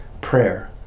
Prayer